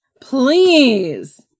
Please